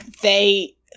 They-